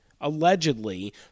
allegedly